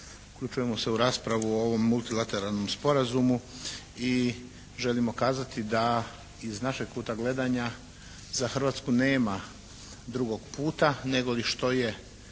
uključujemo se u raspravu o ovom multilateralnom sporazumu i želimo kazati da iz našeg kuta gledanja za Hrvatsku nema drugog puta nego li što je